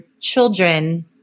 children